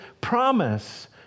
promise